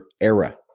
era